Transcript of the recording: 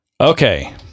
okay